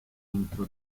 entro